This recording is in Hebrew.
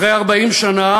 אחרי 40 שנה